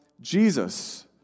Jesus